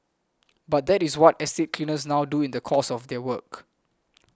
but that is what estate cleaners now do in the course of their work